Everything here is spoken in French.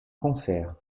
concerts